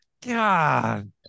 God